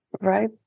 right